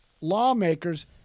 lawmakers